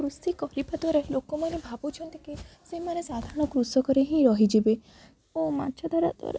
କୃଷି କରିବା ଦ୍ୱାରା ଲୋକମାନେ ଭାବୁଛନ୍ତି କି ସେମାନେ ସାଧାରଣ କୃଷକରେ ହିଁ ରହିଯିବେ ଓ ମାଛ ଧରା ଦ୍ୱାରା